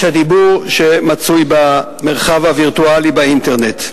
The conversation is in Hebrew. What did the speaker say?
הדיבור שמצוי במרחב הווירטואלי באינטרנט.